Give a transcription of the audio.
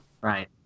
Right